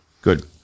Good